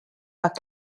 pas